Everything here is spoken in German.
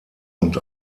und